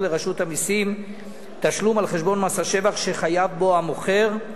לרשות המסים תשלום על חשבון מס השבח שהמוכר חייב בו,